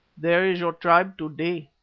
there is your tribe to-day,